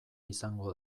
izango